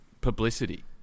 publicity